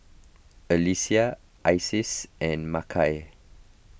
Alecia Isis and Makai